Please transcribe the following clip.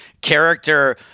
character